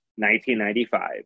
1995